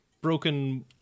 broken